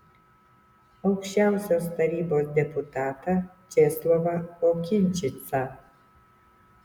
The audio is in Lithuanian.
aukščiausiosios tarybos deputatą česlavą okinčicą